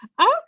Okay